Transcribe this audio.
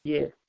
Yes